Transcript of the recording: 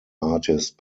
artist